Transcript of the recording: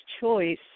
choice